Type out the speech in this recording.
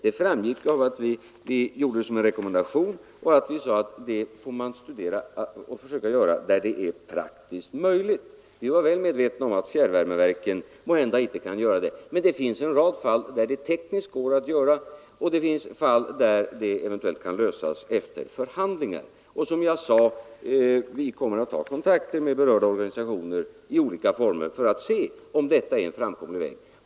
Det framgick av att vi bara gav en rekommendation och sade att man får studera detta och göra det där det är praktiskt möjligt. Vi var väl medvetna om att fjärrvärmeverken måhända inte kan göra detta. Det finns dock en rad fall där det tekniskt går att göra, och det finns en rad fall där saken eventuellt kan lösas efter förhandlingar. Jag sade att vi kommer att ta kontakter med berörda organisationer i olika former för att se om detta är en framkomlig väg.